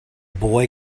boy